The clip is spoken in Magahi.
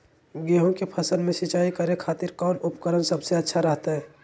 गेहूं के फसल में सिंचाई करे खातिर कौन उपकरण सबसे अच्छा रहतय?